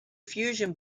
fusion